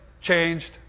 changed